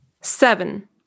Seven